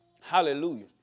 Hallelujah